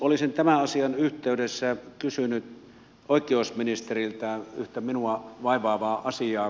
olisin tämän asian yhteydessä kysynyt oikeusministeriltä yhtä minua vaivaavaa asiaa